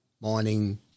mining